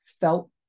felt